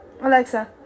Alexa